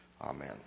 Amen